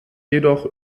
jedoch